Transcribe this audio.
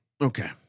Okay